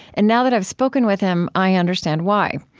and now that i've spoken with him, i understand why.